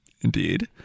Indeed